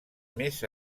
més